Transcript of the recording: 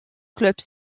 club